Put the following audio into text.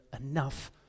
enough